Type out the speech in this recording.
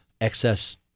excess